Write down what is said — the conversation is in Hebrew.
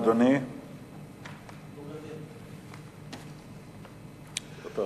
יכול לסייע בידי הצרכנים לבחור בצורה נבונה